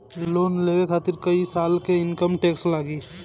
Loan लेवे खातिर कै साल के इनकम टैक्स लागी?